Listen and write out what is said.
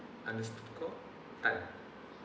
underscore tan